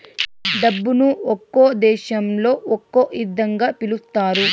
డబ్బును ఒక్కో దేశంలో ఒక్కో ఇదంగా పిలుత్తారు